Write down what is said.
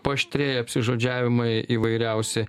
paaštrėja apsižodžiavimai įvairiausi